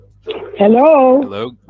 Hello